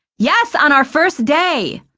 yes, on our first day!